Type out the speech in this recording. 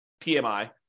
PMI